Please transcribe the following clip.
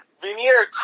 Veneer